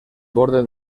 borde